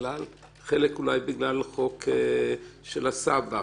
חלק אולי בכלל חוק של הסבא...